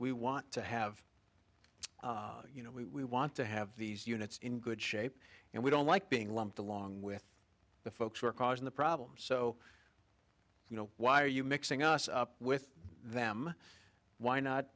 we want to have you know we want to have these units in good shape and we don't like being lumped along with the folks who are causing the problem so you know why are you mixing us up with them why not